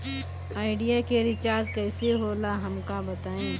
Idea के recharge कईसे होला हमका बताई?